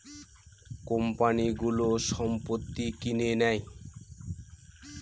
কোম্পানিগুলো সম্পত্তি কিনে নেয়